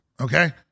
okay